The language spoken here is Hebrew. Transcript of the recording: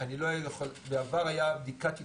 בעבר הייתה בדיקת ייתכנות,